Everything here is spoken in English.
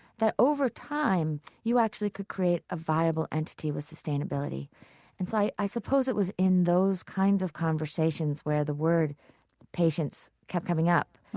that over time, you actually could create a viable entity with sustainability and so i suppose it was in those kind of conversations where the word patience kept coming up.